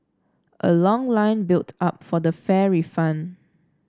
a long line built up for the fare refund